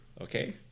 okay